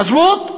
מזבוט?